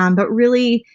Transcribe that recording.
um but really,